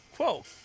Quote